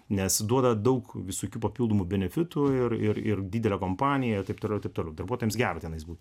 nes duoda daug visokių papildomų benefitų ir ir didelė kompanija taip tarnauti turų darbuotojams gera tenais būt